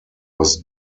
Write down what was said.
was